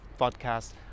podcast